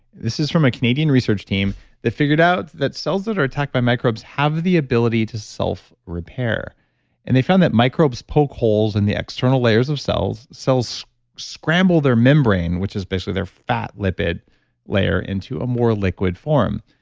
this is from a canadian research team that figured out that cells that are attacked by microbes have the ability to selfrepair. and they found that microbes poke holes in the external layers of cells, cells scramble their membrane, which is basically their fat lipid layer, into a more liquid form.